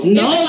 no